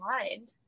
mind